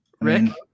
rick